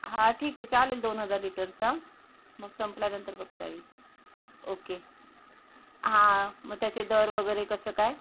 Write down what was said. हा ठीक आहे चालेल दोन हजार लिटरचा मग संपल्यानंतर बघता येईल ओके हां मग त्याचे दर वगैरे कसं काय